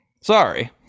Sorry